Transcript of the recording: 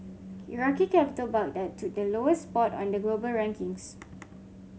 Iraqi capital Baghdad took the lowest spot on the global rankings